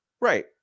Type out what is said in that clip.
Right